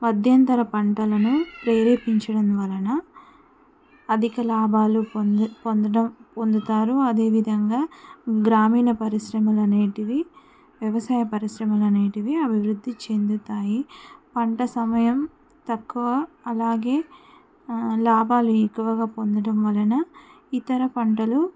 మధ్యంతర పంటలను ప్రేరేపించడం వలన అధిక లాభాలు పొంద పొందడం పొందుతారు అదేవిధంగా గ్రామీణ పరిశ్రమలు అనేవి వ్యవసాయ పరిశ్రమలు అనేవి అభివృద్ధి చెందుతాయి పంట సమయం తక్కువ అలాగే లాభాలు ఎక్కువగా పొందడం వలన ఇతర పంటలు